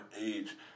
age